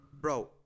Bro